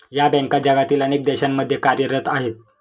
या बँका जगातील अनेक देशांमध्ये कार्यरत आहेत